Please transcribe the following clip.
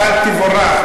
אבל תבורך,